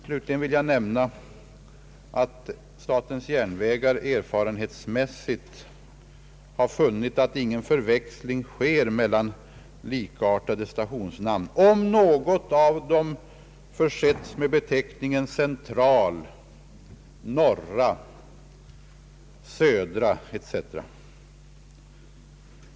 Slutligen vill jag nämna att statens järnvägar erfarenhetsmässigt har funnit att ingen förväxling sker mellan likartade stationsnamn, om något av dem försetts med beteckningen central, norra, södra etc.